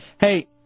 Hey